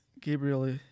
Gabriel